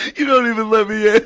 you don't even let me ah